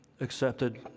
accepted